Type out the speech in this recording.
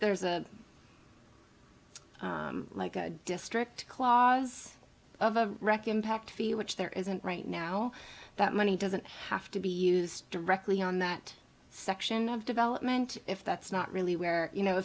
there's a like a district claas of a wreck impact feel which there isn't right now that money doesn't have to be used directly on that section of development if that's not really where you know